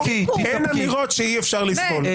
אין אמירות שאי אפשר לסבול.